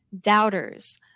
doubters